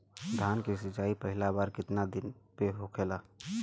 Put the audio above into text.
धान के सिचाई पहिला बार कितना दिन पे होखेला?